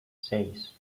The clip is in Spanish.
seis